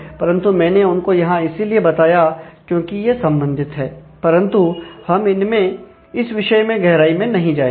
परंतु मैंने इनको यहां इसीलिए बताया क्योंकि यह संबंधित है परंतु हम इनमें इस विषय में गहराई में नहीं जाएंगे